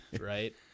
Right